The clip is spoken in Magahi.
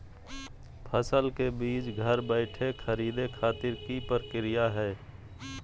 फसल के बीज घर बैठे खरीदे खातिर की प्रक्रिया हय?